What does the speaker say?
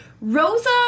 Rosa